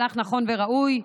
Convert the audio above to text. הגם שהמהלך נכון וראוי,